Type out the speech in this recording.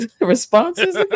responses